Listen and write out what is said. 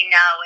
no